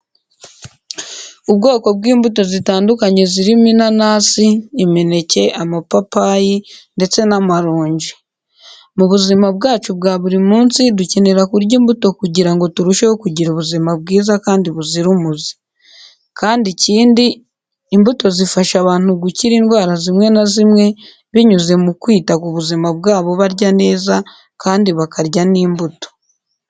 Ubwoko bw'imbuto zitandukanye zirimo inanasi, imineke, amapapayi ndetse n'amaronji. Mu buzima bwacu bwa buri munsi dukenera kurya imbuto kugira ngo turusheho kugira ubuzima bwiza kandi buzira umuze. Kandi ikindi imbuto zifasha abantu gukira indwara zimwe na zimwe binyuze mu kwita ku buzima bwabo barya neza kandi bakarya n'imbuto.